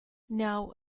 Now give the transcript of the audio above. now